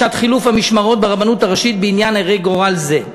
בשעת חילוף המשמרות ברבנות הראשית בעניין הרה גורל זה."